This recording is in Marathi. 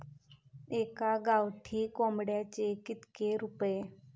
एका गावठी कोंबड्याचे कितके रुपये?